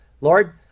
Lord